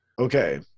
Okay